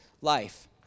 life